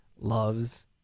loves